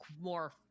more